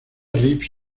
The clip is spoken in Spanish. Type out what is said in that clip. reeves